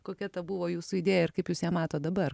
kokia ta buvo jūsų idėja ir kaip jūs ją matot dabar